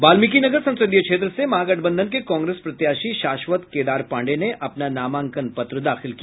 वाल्मिकीनगर संसदीय क्षेत्र से महागठबंधन के कांग्रेस प्रत्याशी शाश्वत केदार पांडेय ने अपना नामांकन पत्र दाखिल किया